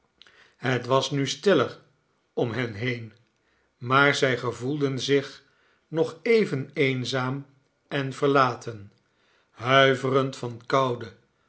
het was nu stiller om hen heen maar zij gevoelden zich nog even eenzaam en verlaten huiverend van koude